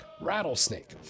rattlesnake